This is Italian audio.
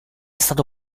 stato